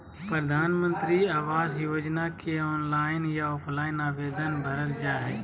प्रधानमंत्री आवास योजना के ऑनलाइन या ऑफलाइन आवेदन भरल जा हइ